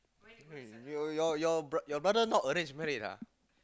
eh your your your your brother not arranged marriage ah